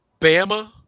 Bama